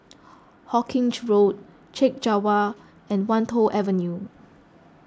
Hawkinge Road Chek Jawa and Wan Tho Avenue